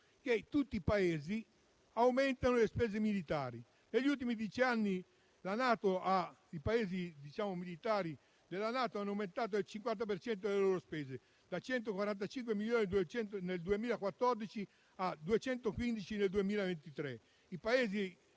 che tutti i Paesi aumentano le spese militari. Negli ultimi dieci anni, i Paesi membri della NATO hanno aumentato del 50 per cento le spese militari: da 145 milioni nel 2014 a 215 milioni nel 2023. I Paesi